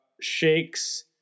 shakes